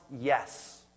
yes